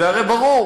זה הרי ברור,